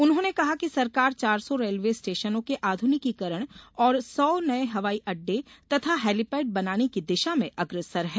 उन्होंने कहा कि सरकार चार सौ रेलवे स्टेशनों के आध्रनिकीकरण और सौ नये हवाई अडडे तथा हेलीपैड बनाने की दिशा में अग्रसर है